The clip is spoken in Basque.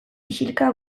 isilka